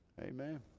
Amen